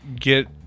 get